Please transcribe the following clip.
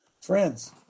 Friends